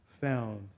found